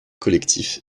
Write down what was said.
collectif